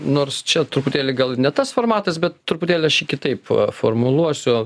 nors čia truputėlį gal ne tas formatas bet truputėlį kitaip formuluosiu